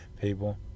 people